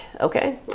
Okay